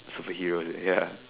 superhero ya